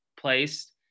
placed